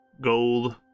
gold